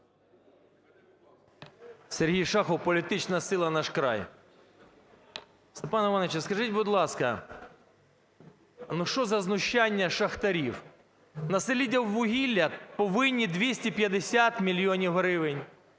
Сергій Шахов, політична сила "Наш край". Степане Івановичу, скажіть, будь ласка, ну що за знущання з шахтарів? На "Селідіввугілля" повинні 250 мільйонів гривень,